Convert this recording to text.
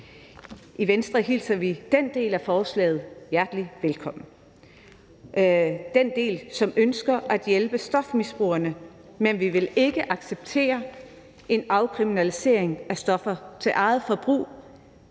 I Venstre hilser vi den del af forslaget, der ønsker at hjælpe stofmisbrugerne, hjertelig velkommen, men vi vil ikke acceptere en afkriminalisering af stoffer til eget forbrug.